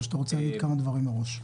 או שאתה רוצה להגיד כמה דברים מראש?